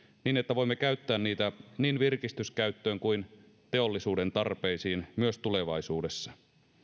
niin että voimme käyttää niitä niin virkistyskäyttöön kuin teollisuuden tarpeisiin myös tulevaisuudessa